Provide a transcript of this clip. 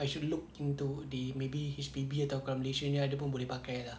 I should look into the maybe H_P_B atau kalau malaysia nya pun boleh pakai lah